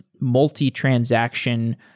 multi-transaction